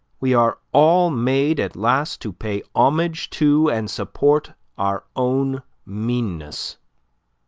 we are all made at last to pay homage to and support our own meanness.